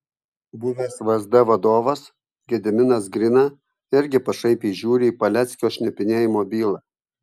buvęs vsd vadovas gediminas grina irgi pašaipiai žiūri į paleckio šnipinėjimo bylą